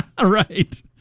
Right